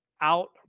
out